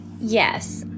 yes